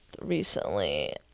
recently